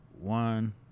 one